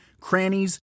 crannies